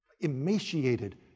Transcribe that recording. emaciated